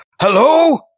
hello